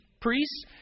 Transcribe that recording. priests